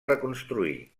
reconstruir